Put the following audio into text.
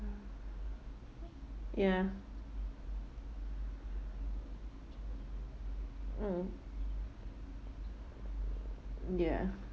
ya mm ya